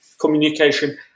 communication